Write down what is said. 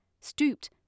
Stooped